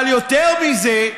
אבל יותר מזה,